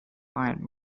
fine